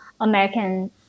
American